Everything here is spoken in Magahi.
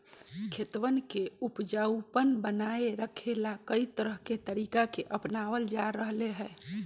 खेतवन के उपजाऊपन बनाए रखे ला, कई तरह के तरीका के अपनावल जा रहले है